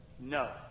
No